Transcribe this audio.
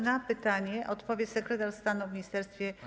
Na pytanie odpowie sekretarz stanu w ministerstwie.